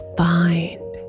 find